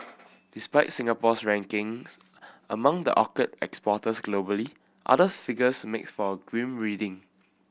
despite Singapore's rankings among the orchid exporters globally other figures make for grim reading